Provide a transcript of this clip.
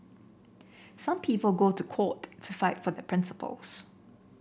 some people go to court to fight for their principles